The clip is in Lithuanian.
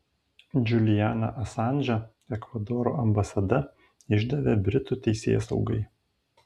džulianą asanžą ekvadoro ambasada išdavė britų teisėsaugai